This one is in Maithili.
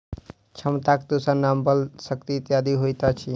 क्षमताक दोसर नाम बल, शक्ति इत्यादि होइत अछि